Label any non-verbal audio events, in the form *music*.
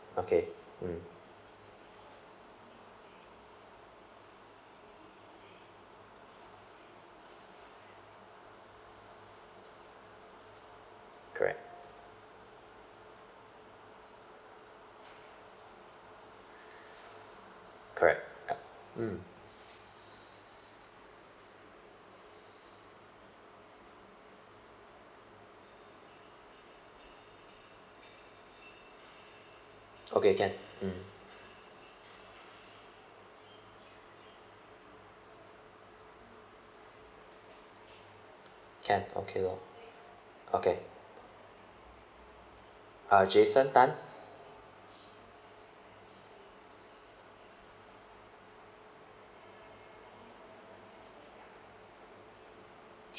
okay mm correct *breath* correct yup mm *breath* okay can mm can okay lor okay uh jason tan